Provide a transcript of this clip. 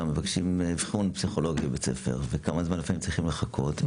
מבקשים אבחון פסיכולוגי בבית הספר וכמה זמן הם צריכים לחכות לפעמים,